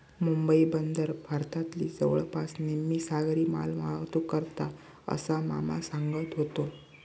मुंबई बंदर भारतातली जवळपास निम्मी सागरी मालवाहतूक करता, असा मामा सांगत व्हतो